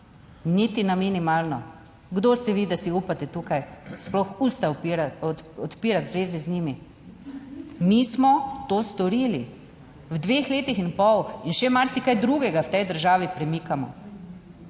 niti na minimalno? Kdo ste vi, da si upate tukaj sploh usta odpirati zveze z njimi? Mi smo to storili v dveh letih in pol in še marsikaj drugega v tej državi premikamo.